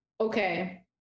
Okay